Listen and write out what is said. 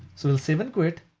so we'll save and quit,